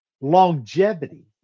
longevity